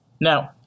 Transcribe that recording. Now